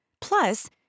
Plus